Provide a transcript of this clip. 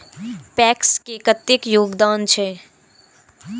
PACS के कतेक योगदान छै?